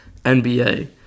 NBA